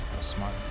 smart